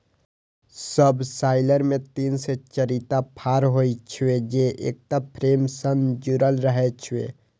subsoiler मे तीन से चारिटा फाड़ होइ छै, जे एकटा फ्रेम सं जुड़ल रहै छै